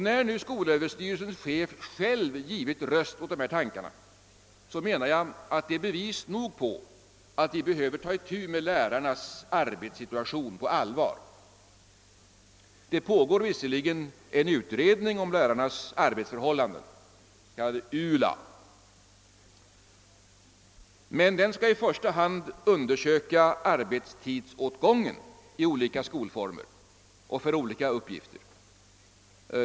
När skolöverstyrelsens chef själv givit sin röst åt dessa tankar, menar jag att det är bevis nog på att vi behöver ta itu med lärarnas arbetssituation på allvar. Det pågår visserligen en utredning om lärarnas arbetsförhållanden, den s.k. ULA, men den skall i första hand undersöka arbetstidsåtgången i olika skolformer och för olika uppgifter.